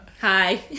hi